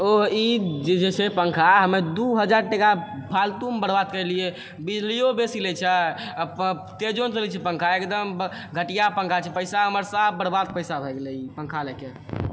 ओ ई जे छै पङ्खा हमरा दू हजार टाका फालतूमे बर्बाद करलियै बिजलियो बेसी लै छै आओर तेजो नहि चलै छै पङ्खा एकदम घटिया पङ्खा छै पैसा हमर साफ बर्बाद पैसा भए गेलै ई पङ्खा लएके